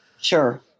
Sure